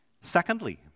Secondly